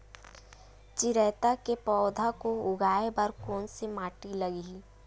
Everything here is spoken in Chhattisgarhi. चिरैता के पौधा को उगाए बर कोन से माटी लगही?